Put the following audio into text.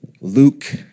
Luke